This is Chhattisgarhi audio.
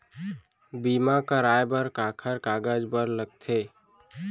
बीमा कराय बर काखर कागज बर लगथे?